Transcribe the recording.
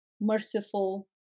merciful